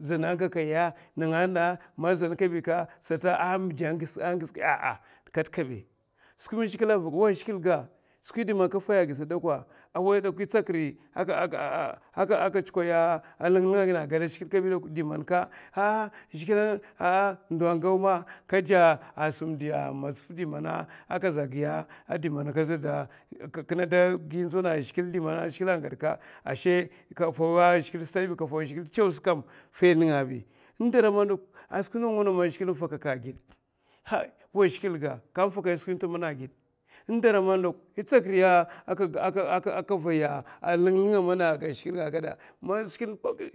Zana gakaya nènga ta man zan kabi midè agiskaya ah nènga atakabi, skwi man zhigilè afaka gid wa zhigilè ga away man yè tsak riy aka tsukoya linlinga ginè aka gadana a zhigilè kabi ka di man ndo a gau ma kadè sum di matsaf di ma. kinè dagi ndzona a zhigilè di maka a zhigilè az gadka faida nènga azbi dara man skwi nawa nawa man zhigilè faka gid, wa zhigilè ga hay kavay skwi nta agid mbèla man yè tsk riy aka vay linlinga mèn. man awa zhigilè